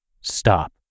stop